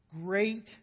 Great